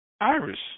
Iris